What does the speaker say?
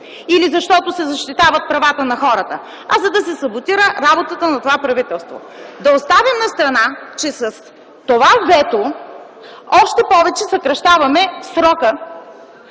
или защото се защитават правата на хората. За да се саботира работата на това правителство! Да оставим настрана, че с това вето още повече съкращаваме срока,